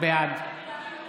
בעד